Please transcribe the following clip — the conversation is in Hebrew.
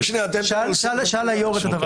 אני עונה לשאלת יושב הראש.